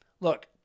Look